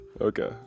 okay